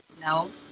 No